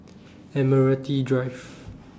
Admiralty Drive